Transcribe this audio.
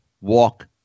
walk